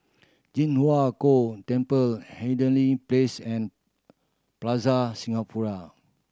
Ji Huang Kok Temple Hindhede Place and Plaza Singapura